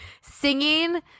singing